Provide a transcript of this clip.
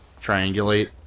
triangulate